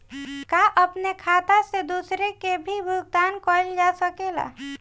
का अपने खाता से दूसरे के भी भुगतान कइल जा सके ला?